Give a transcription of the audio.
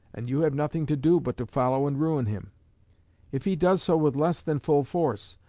and you have nothing to do but to follow and ruin him if he does so with less than full force,